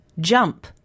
jump